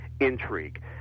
intrigue